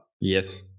Yes